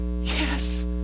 yes